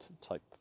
type